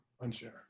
Unshare